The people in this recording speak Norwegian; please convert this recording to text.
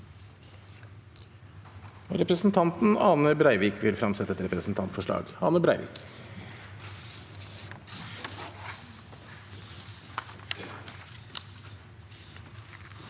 Representanten Ane Brei- vik vil fremsette et representantforslag.